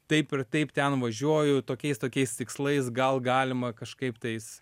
taip ir taip ten važiuoju tokiais tokiais tikslais gal galima kažkaip tais